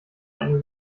eine